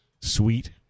sweet